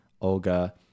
olga